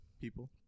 people